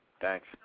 Thanks